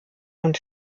und